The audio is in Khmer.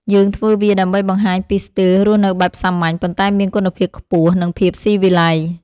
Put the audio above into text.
យើងធ្វើវាដើម្បីបង្ហាញពីស្ទីលរស់នៅបែបសាមញ្ញ ប៉ុន្តែមានគុណភាពខ្ពស់ និងភាពស៊ីវិល័យ។